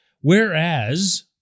Whereas